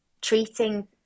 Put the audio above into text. treating